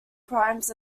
primes